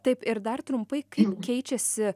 taip ir dar trumpai kaip keičiasi